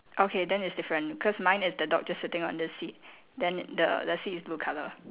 okay then it's different cause mine is the dog just sitting on the seat then the the seat is blue colour